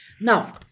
Now